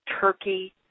turkey